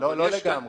--- לא לגמרי.